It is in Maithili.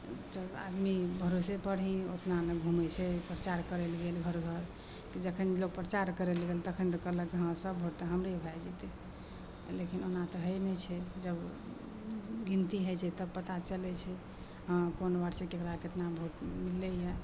तऽ आदमी भरोसेपर ही एतना ने घुमै छै परचार करै लेल गेल घर घर तऽ जखन लोक परचार करैलए गेल तखन तऽ कहलक हँ सभ भोट तऽ हमरे भए जएतै लेकिन ओना तऽ होइ नहि छै जब गिनती होइ छै तब पता चलै छै हँ कोन वार्डसे हमरा ककरा कतना भोट मिललै यऽ